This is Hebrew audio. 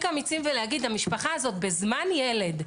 אמיצים ולהגיד: המשפחה הזאת בזמן ילד,